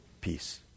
peace